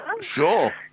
Sure